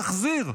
תחזיר.